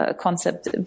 concept